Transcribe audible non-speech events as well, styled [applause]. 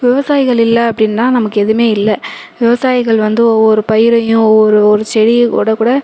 விவசாயிகள் இல்லை அப்படின்னா நமக்கு எதுவுமே இல்லை விவசாயிகள் வந்து ஒவ்வொரு பயிரையும் ஒவ்வொரு ஒரு செடியை [unintelligible] கூட